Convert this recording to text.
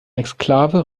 exklave